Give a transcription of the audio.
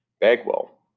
Bagwell